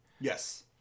Yes